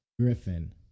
Griffin